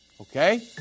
Okay